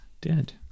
dead